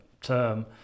term